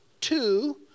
two